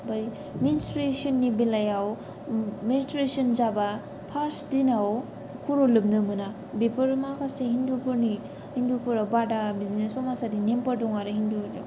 ओमफाय मेनसट्रुयेसननि बेलायाव मेनसट्रुयेसन जाब्ला फार्स्ट दिनाव खर' लोबनो मोना बेफोरो माखासे हिन्दुफोरनि हिन्दुफोराव बादा बिदिनो समाजारि नेमफोर दङ' आरो हिन्दु